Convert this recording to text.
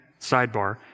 Sidebar